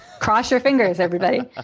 cross your fingers, everybody. ah